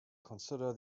consider